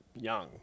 young